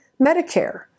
Medicare